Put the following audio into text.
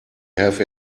have